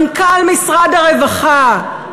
מנכ"ל משרד הרווחה.